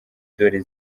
dore